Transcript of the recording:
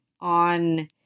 on